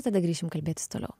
tada grįšim kalbėtis toliau